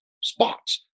spots